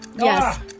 Yes